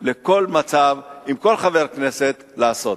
בכל מצב, עם כל חבר כנסת, לעשות.